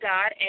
God